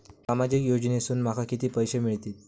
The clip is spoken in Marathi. सामाजिक योजनेसून माका किती पैशे मिळतीत?